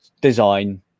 design